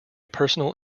personal